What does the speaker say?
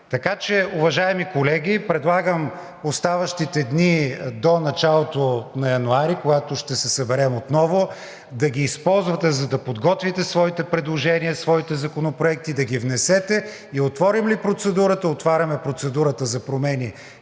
Така че, уважаеми колеги, предлагам оставащите дни до началото на месец януари, когато ще се съберем отново, да ги използвате, за да подготвите своите предложения, своите законопроекти да внесете и отворим ли процедурата, отваряме процедурата за промени и